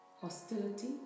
hostility